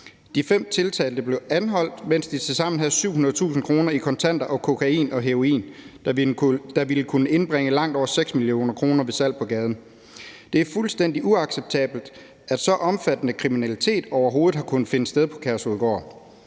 De fem tiltalte blev anholdt, mens de tilsammen havde 700.000 kr. i kontanter, og de havde kokain og heroin, der ville kunne indbringe langt over 6 mio. kr. ved salg på gaden. Det er fuldstændig uacceptabelt, at så omfattende kriminalitet overhovedet har kunnet finde sted på Kærshovedgård.